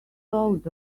load